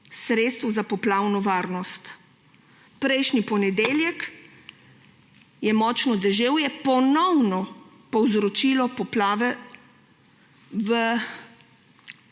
sredstev za poplavno varnost. Prejšnji ponedeljek je močno deževje ponovno povzročilo poplave